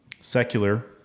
secular